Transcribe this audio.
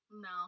No